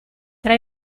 tra